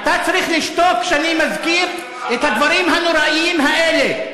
אתה צריך לשתוק כשאני מזכיר את הדברים הנוראיים האלה.